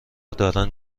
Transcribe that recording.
دارند